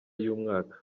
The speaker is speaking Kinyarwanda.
y’umwaka